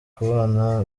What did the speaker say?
kubana